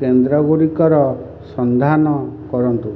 କେନ୍ଦ୍ରଗୁଡ଼ିକର ସନ୍ଧାନ କରନ୍ତୁ